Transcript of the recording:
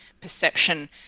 perception